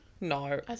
No